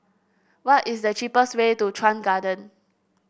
what is the cheapest way to Chuan Garden